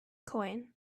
coin